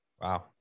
Wow